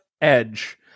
Edge